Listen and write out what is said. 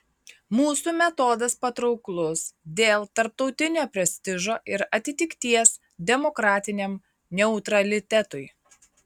mūsų metodas patrauklus dėl tarptautinio prestižo ir atitikties demokratiniam neutralitetui